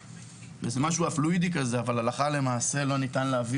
אבל הם פלואידים כי הלכה למעשה לא ניתן להביא